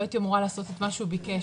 לא הייתי אמורה לעשות את מה שהוא ביקש".